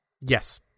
Yes